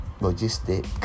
logistic